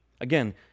Again